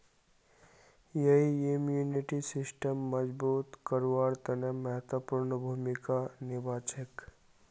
यई इम्यूनिटी सिस्टमक मजबूत करवार तने महत्वपूर्ण भूमिका निभा छेक